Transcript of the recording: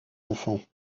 enfants